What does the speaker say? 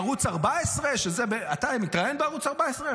ערוץ 14. אתה מתראיין בערוץ 14?